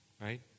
right